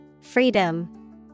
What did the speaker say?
Freedom